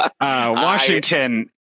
Washington